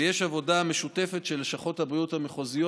ויש עבודה משותפת של לשכות הבריאות המחוזיות